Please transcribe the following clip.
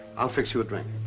i'll fix you a drink.